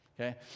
okay